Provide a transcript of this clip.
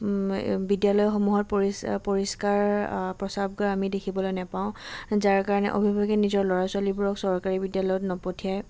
বিদ্যালয়সমূহত পৰি পৰিষ্কাৰ প্ৰস্ৰাৱগাৰ আমি দেখিবলৈ নাপাওঁ যাৰ কাৰণে অভিভাৱকে নিজৰ ল'ৰা ছোৱালীবোৰক চৰকাৰী বিদ্যালয়ত নপঠিয়াই